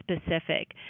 specific